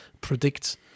predict